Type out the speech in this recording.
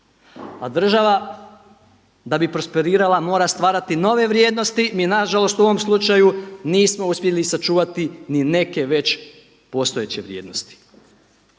A država da bi prosperirala mora stvarati nove vrijednosti, mi nažalost u ovom slučaju nismo uspjeli sačuvati ni neke već postojeće vrijednosti.